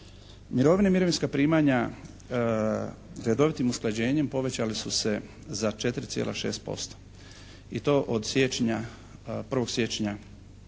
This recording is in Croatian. Mirovine i mirovinska primanja redovitim usklađenjem povećali su se za 4,6% i od 1. siječnja